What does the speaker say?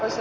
osa